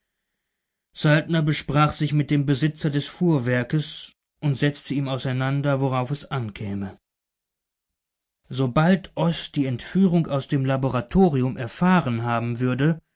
saltner besprach sich mit dem besitzer des fuhrwerks und setzte ihm auseinander worauf es ankäme sobald oß die entführung aus dem laboratorium erfahren haben würde